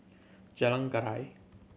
Jalan Keria